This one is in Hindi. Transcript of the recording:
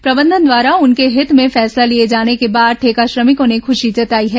प्रबंधन द्वारा उनके हित में फैसला लिए जाने के बाद ठेका श्रमिकों ने खुशी जताई है